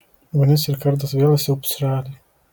ugnis ir kardas vėl siaubs šalį